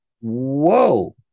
whoa